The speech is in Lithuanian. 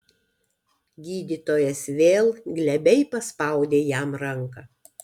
gydytojas vėl glebiai paspaudė jam ranką